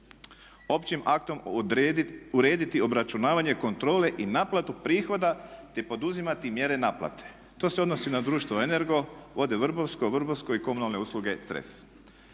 Općim aktom urediti obračunavanje kontrole i naplatu prihoda te poduzimati mjere naplate. To se odnosi na društvo Energo, Vode Vrbovsko, Vrbovsko i Komunalne usluge Cres.